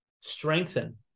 strengthen